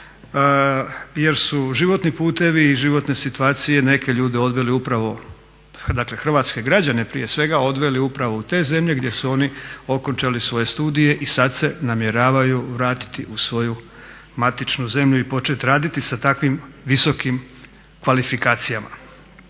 jer su životni putevi i životne situacije neke ljude odveli upravo dakle hrvatske građane prije svega odveli upravo u te zemlje gdje su oni okončali svoje studije i sada se namjeravaju vratiti u svoju matičnu zemlju i početi raditi sa takvim visokim kvalifikacijama.